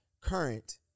current